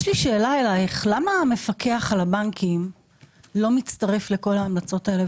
למה המפקח על הבנקים לא מצטרף לכל ההמלצות האלה,